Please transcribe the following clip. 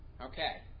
Okay